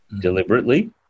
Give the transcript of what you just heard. Deliberately